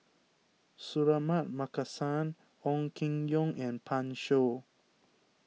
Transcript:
Suratman Markasan Ong Keng Yong and Pan Shou